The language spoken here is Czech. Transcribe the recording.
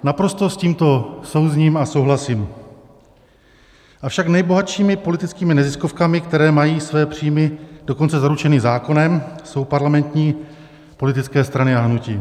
Naprosto s tímto souzním a souhlasím, avšak nejbohatšími politickými neziskovkami, které mají své příjmy dokonce zaručeny zákonem, jsou parlamentní politické strany a hnutí.